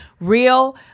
Real